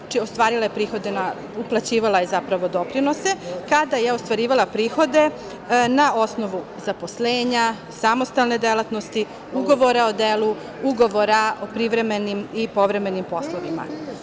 Znači, ostvarila je prihode, uplaćivala je zapravo doprinose, kada je ostvarivala prihode na osnovu zaposlenja, samostalne delatnosti, ugovora o delu, ugovora o privremenim i povremenim poslovima.